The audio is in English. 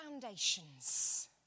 foundations